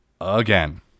again